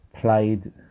played